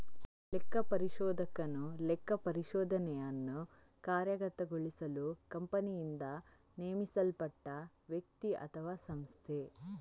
ಲೆಕ್ಕಪರಿಶೋಧಕನು ಲೆಕ್ಕಪರಿಶೋಧನೆಯನ್ನು ಕಾರ್ಯಗತಗೊಳಿಸಲು ಕಂಪನಿಯಿಂದ ನೇಮಿಸಲ್ಪಟ್ಟ ವ್ಯಕ್ತಿ ಅಥವಾಸಂಸ್ಥೆ